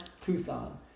Tucson